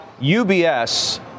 UBS